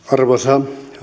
arvoisa